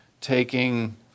taking